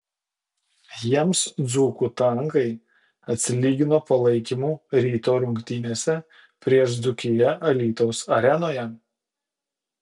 jiems dzūkų tankai atsilygino palaikymu ryto rungtynėse prieš dzūkiją alytaus arenoje